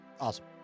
Awesome